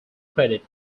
credit